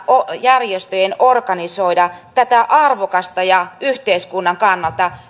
järjestöjen organisoida tätä arvokasta ja yhteiskunnan kannalta